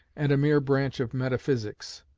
and a mere branch of metaphysics,